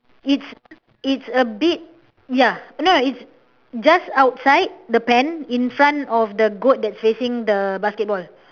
it's it's a bit ya no no it's just outside the pen in front of the goat that's facing the basketball